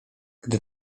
gdy